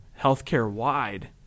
healthcare-wide